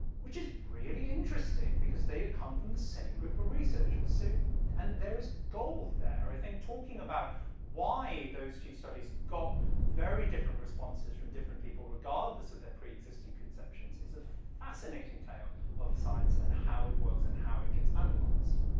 which is really interesting, because they had come from the same group of researchers, so and there is gold there. i think talking about why those two studies got very different responses from different people, regardless of their preexisting conceptions, is a fascinating tale of science and how it works and how it gets analyzed.